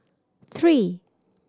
three